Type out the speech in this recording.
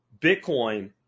Bitcoin